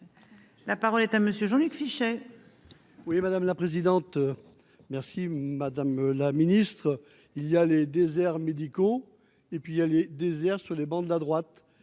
La parole est à monsieur Jean-Luc Fichet. Oui madame la présidente. Merci madame la ministre, il y a les déserts médicaux et puis il y a les déserts sur les bancs de la droite